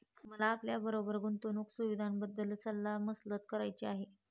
मला आपल्याबरोबर गुंतवणुक सुविधांबद्दल सल्ला मसलत करायची आहे